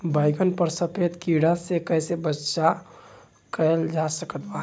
बैगन पर सफेद कीड़ा से कैसे बचाव कैल जा सकत बा?